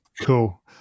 Cool